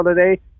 today